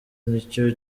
nicyo